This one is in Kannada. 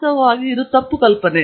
ವಾಸ್ತವವಾಗಿ ಇದು ಬಹಳ ತಪ್ಪು ಕಲ್ಪನೆ